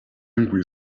angry